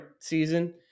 season